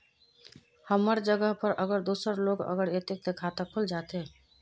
हमर जगह पर अगर दूसरा लोग अगर ऐते ते खाता खुल जते?